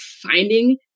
finding